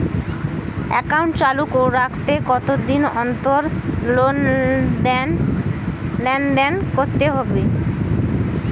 Account চালু রাখতে কতদিন অন্তর লেনদেন করতে হবে?